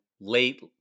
late